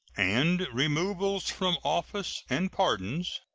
and removals from office, and pardons,